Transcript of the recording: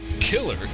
killer